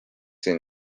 siin